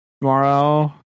tomorrow